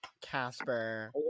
Casper